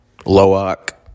Loak